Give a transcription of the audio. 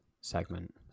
segment